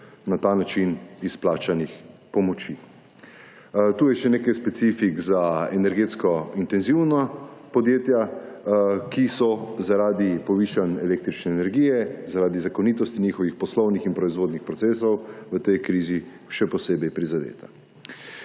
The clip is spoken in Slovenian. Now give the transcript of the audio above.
na ta način izplačanih pomoči. Tu je še nekaj specifik za energetsko intenzivna podjetja, ki so zaradi povišanj električne energije, zaradi zakonitosti njihovih poslovnih in proizvodnih procesov v tej krizi še posebej prizadeta.